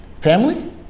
Family